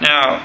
Now